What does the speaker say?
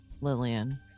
Lillian